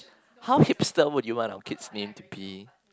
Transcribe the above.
how Hypester would you want our kids name to be